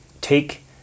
take